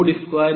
2 nn